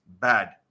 Bad